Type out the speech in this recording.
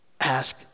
Ask